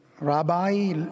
Rabbi